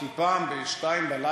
כי פעם ב-02:00,